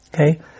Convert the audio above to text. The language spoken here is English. Okay